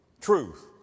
Truth